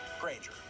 Granger